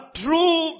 true